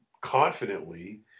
confidently